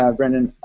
ah brendan.